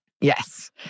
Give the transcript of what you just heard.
yes